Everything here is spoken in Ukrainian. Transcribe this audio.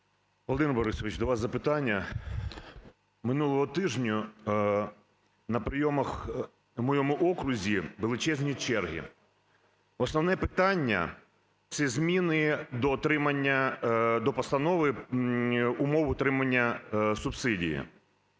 Володимире Борисовичу, до вас запитання. Минулого тижня на прийомах на моєму окрузі величезні черги. Основне питання – це зміни до отримання до постанови умов отримання субсидій.